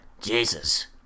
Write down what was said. Jesus